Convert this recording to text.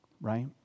right